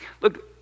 Look